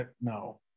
No